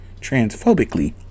transphobically